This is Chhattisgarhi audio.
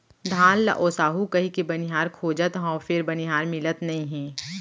धान ल ओसाहू कहिके बनिहार खोजत हँव फेर बनिहार मिलत नइ हे